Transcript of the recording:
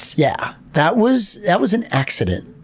yeah that was that was an accident.